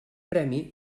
premi